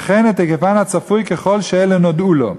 וכן את היקפן הצפוי ככל שאלה נודעו לו,